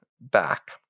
back